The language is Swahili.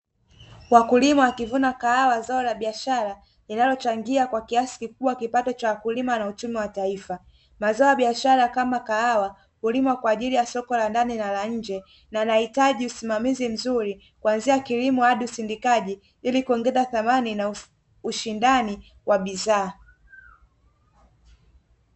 Wakulima wakivuna kahawa zao la biashara linalochangia kwa kiasi kikubwa kipato cha wakulima na uchumi wa taifa; mazao ya biashara kama kahawa hulimwa kwa ajili ya soko la ndani na la nje na yanahitaji usimamizi mzuri kuanzia kilimo hadi usindikaji ili kuongeza thamani na ushindani wa bidhaa.